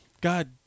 God